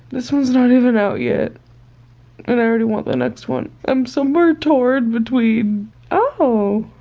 this one's not even out yet and i already want the next one. i'm somewhere toward between ohhh!